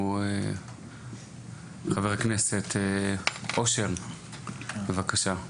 חבר הכנסת אושר שקלים, בבקשה.